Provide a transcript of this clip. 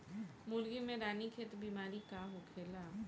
मुर्गी में रानीखेत बिमारी का होखेला?